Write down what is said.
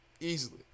Easily